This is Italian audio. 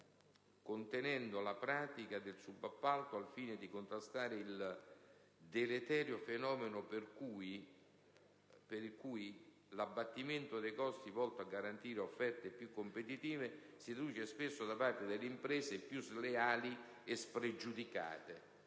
contenendo la pratica del subappalto al fine di contrastare il deleterio fenomeno per cui l'abbattimento dei costi volto a garantire offerte più competitive si traduce spesso, da parte delle imprese più sleali e spregiudicate,